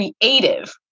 creative